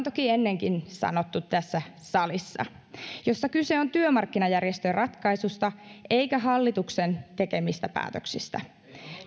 toki ennenkin sanottu tässä salissa jossa kyse on työmarkkinajärjestöratkaisusta eikä hallituksen tekemistä päätöksistä